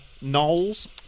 Knowles